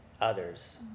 others